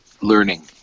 learning